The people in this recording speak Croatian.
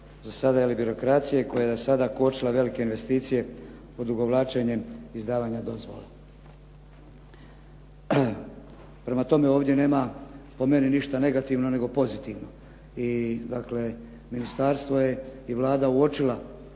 za sada ili birokracije koja je do sada kočila velike investicije odugovlačenjem izdavanja dozvola. Prema tome, ovdje nema po meni ništa negativno, nego pozitivno i dakle ministarstvo je i Vlada uočila